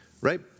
right